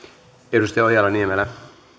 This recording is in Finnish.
arvoisa herra